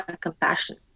compassion